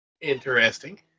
Interesting